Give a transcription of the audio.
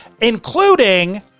including